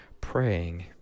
praying